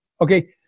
Okay